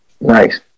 Nice